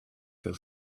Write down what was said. für